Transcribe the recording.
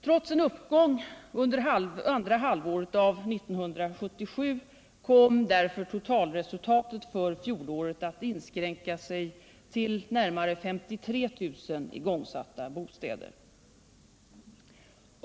Trots en uppgång under andra halvåret 1977 kom därför totalresultatet för fjolåret att inskränka sig till närmare 53 000 igångsatta bostäder.